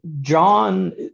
John